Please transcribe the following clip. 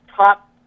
top